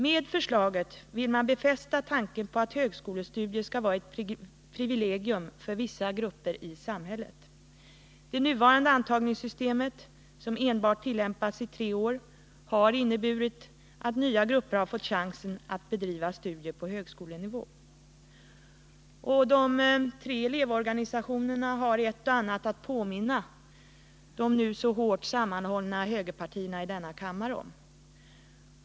Med förslaget vill man befästa tanken på att högskolestudier skall vara ett privilegium för vissa grupper i samhället. Det nuvarande antagningssystemet, som enbart tillämpats i tre år, har inneburit att ”nya grupper” har fått chansen att bedriva studier på högskolenivå.” De tre elevorganisationerna har ett och annat att påminna de nu så starkt sammanhållna högerpartierna i denna kammare om.